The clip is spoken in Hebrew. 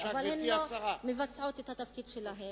אבל הן לא מבצעות את התפקיד שלהן,